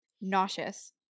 Nauseous